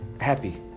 happy